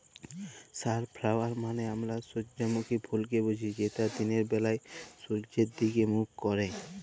sunflower মালে আমরা সূজ্জমুখী ফুলকে বুঝি যেট দিলের ব্যালায় সূয্যের দিগে মুখ ক্যারে